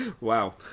Wow